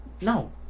no